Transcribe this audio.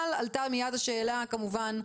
אבל עלתה מיד השאלה כמובן,